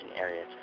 areas